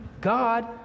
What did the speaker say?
God